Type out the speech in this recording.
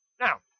Now